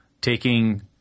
taking